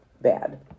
Bad